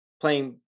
playing